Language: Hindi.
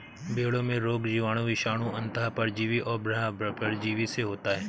भेंड़ों में रोग जीवाणु, विषाणु, अन्तः परजीवी और बाह्य परजीवी से होता है